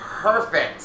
perfect